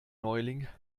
neuling